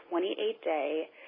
28-day